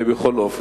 בכל אופן,